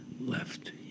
left